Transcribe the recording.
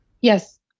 Yes